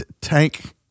tank